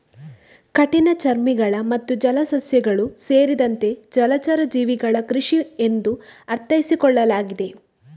ಕಠಿಣಚರ್ಮಿಗಳು ಮತ್ತು ಜಲಸಸ್ಯಗಳು ಸೇರಿದಂತೆ ಜಲಚರ ಜೀವಿಗಳ ಕೃಷಿ ಎಂದು ಅರ್ಥೈಸಿಕೊಳ್ಳಲಾಗಿದೆ